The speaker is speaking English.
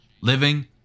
living